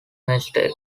mistake